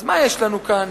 אז מה יש לנו כאן?